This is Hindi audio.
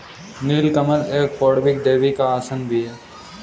नील कमल एक पौराणिक देवी का आसन भी है